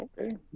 Okay